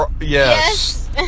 Yes